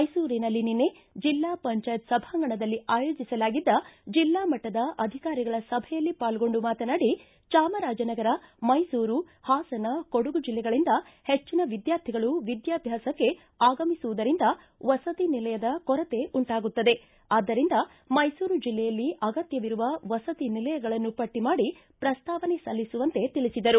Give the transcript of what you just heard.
ಮೈಸೂರಿನಲ್ಲಿ ನಿನ್ನೆ ಜಿಲ್ಲಾ ಪಂಚಾಯತ್ ಸಭಾಂಗಣದಲ್ಲಿ ಆಯೋಜಿಸಲಾಗಿದ್ದ ಜಿಲ್ಲಾ ಮಟ್ಟದ ಅಧಿಕಾರಿಗಳ ಸಭೆಯಲ್ಲಿ ಪಾಲ್ಗೊಂಡು ಮಾತನಾಡಿ ಚಾಮರಾಜನಗರ ಮೈಸೂರು ಹಾಸನ ಕೊಡಗು ಜಿಲ್ಲೆಗಳಿಂದ ಹೆಚ್ಚನ ವಿದ್ಯಾರ್ಥಿಗಳು ವಿದ್ಯಾಭ್ವಸಕ್ಕೆ ಆಗಮಿಸುವುದರಿಂದ ವಸತಿನಿಲಯದ ಕೊರತೆ ಉಂಟಾಗುತ್ತದೆ ಆದ್ದರಿಂದ ಮೈಸೂರು ಜಿಲ್ಲೆಯಲ್ಲಿ ಅಗತ್ಯವಿರುವ ವಸತಿನಿಲಯಗಳನ್ನು ಪಟ್ಟ ಮಾಡಿ ಪ್ರಸ್ತಾವನೆ ಸಲ್ಲಿಸುವಂತೆ ತಿಳಿಸಿದರು